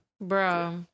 Bro